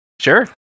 Sure